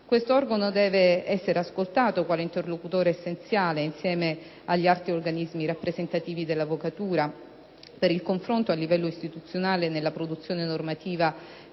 Questo organo deve essere ascoltato quale interlocutore essenziale, insieme agli altri organismi rappresentativi dell'avvocatura, per il confronto a livello istituzionale nella produzione normativa